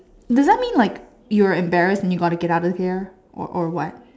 doesn't mean like you are embarrassed and you got to get out of there or or what